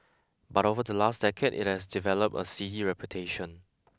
but over the last decade it has developed a seedy reputation